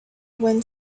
wind